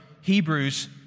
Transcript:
Hebrews